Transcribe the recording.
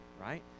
right